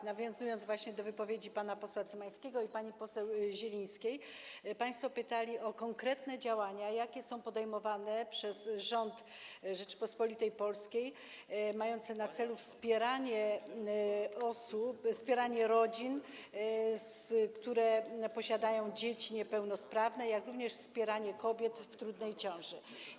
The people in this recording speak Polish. W nawiązaniu właśnie do wypowiedzi pana posła Cymańskiego i pani poseł Zielińskiej - państwo pytali o konkretne działania, jakie są podejmowane przez rząd Rzeczypospolitej Polskiej, mające na celu wspieranie rodzin, które posiadają dzieci niepełnosprawne, jak również wspieranie kobiet w trudnej ciąży.